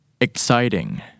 Exciting